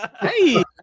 Hey